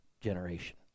generation